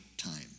time